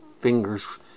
fingers